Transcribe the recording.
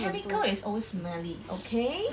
chemical is always smelly okay